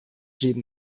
leben